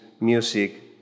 music